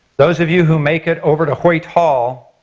those of you who make it over to hoyt hall,